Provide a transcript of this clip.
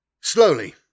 Slowly